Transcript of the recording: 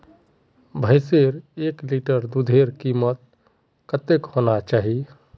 भैंसेर एक लीटर दूधेर कीमत कतेक होना चही?